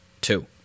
Two